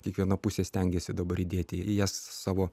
kiekviena pusė stengiasi dabar įdėti į jas savo